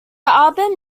album